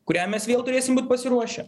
kuriam mes vėl turėsim būt pasiruošę